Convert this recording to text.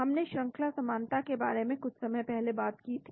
हमने श्रंखला समानता के बारे में कुछ समय पहले बात की थी